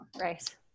Right